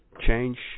change